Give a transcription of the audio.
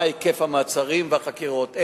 מה היקף המעצרים והחקירות.